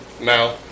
now